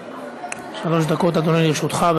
שלוש דקות, אדוני, לרשותך.